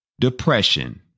Depression